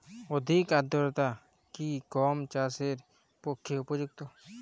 অধিক আর্দ্রতা কি গম চাষের পক্ষে উপযুক্ত?